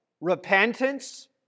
repentance